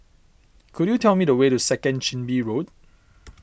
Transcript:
could you tell me the way to Second Chin Bee Road